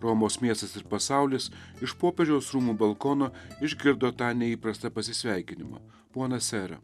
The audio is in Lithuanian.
romos miestas ir pasaulis iš popiežiaus rūmų balkono išgirdo tą neįprastą pasisveikinimą ponas sere